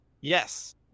Yes